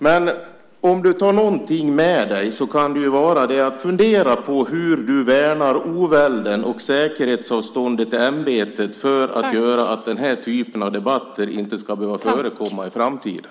Men om du tar någonting med dig kan det ju vara detta: Fundera på hur du värnar ovälden och säkerhetsavståndet till ämbetet för att den här typen av debatter inte ska behöva förekomma i framtiden.